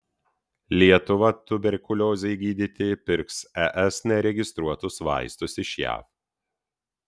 lietuva tuberkuliozei gydyti pirks es neregistruotus vaistus iš jav